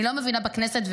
אני לא מבינה בכנסת,